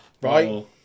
Right